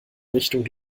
richtung